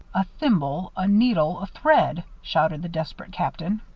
a thimble, a needle, a thread! shouted the desperate captain.